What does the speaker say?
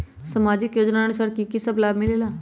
समाजिक योजनानुसार कि कि सब लाब मिलीला?